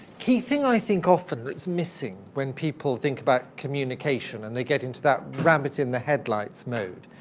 key thing i think often that's missing when people think about communication and they get into that rabbit in the headlights mode,